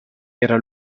era